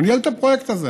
הוא ניהל את הפרויקט הזה.